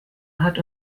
hat